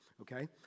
okay